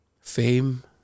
fame